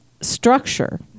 structure